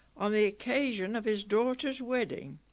on the occasion of his daughter's wedding